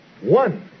One